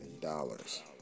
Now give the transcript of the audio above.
dollars